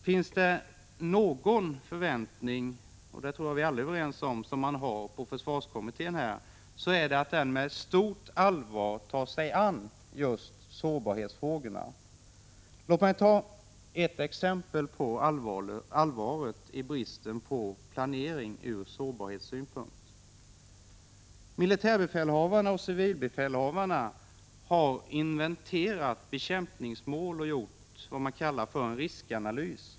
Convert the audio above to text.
Finns det någon förväntning — det tror jag att vi alla är överens om — som man har på försvarskommittén så är det att den med stort allvar tar sig an just sårbarhetsfrågorna. Låt mig anföra ett exempel på allvaret i bristen på planering ur sårbarhetssynpunkt. Militärbefälhavarna och civilbefälhavarna har inventerat bekämpningsmål och gjort vad man kallar en riskanalys.